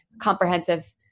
comprehensive